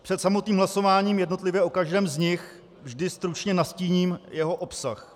Před samotným hlasováním jednotlivě o každém z nich vždy stručně nastíním jeho obsah.